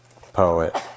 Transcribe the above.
poet